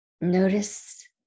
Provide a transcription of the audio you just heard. notice